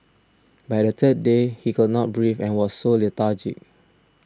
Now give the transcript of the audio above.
by the third day he could not breathe and was so lethargic